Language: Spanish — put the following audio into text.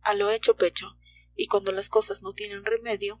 a lo hecho pecho y cuando las cosas no tienen remedio